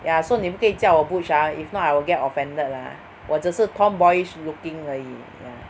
ya so 你不可以叫我 butch ah if not I will get offended ah 我只是 tomboyish looking 而已 ya